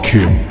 Kim